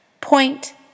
Point